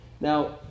Now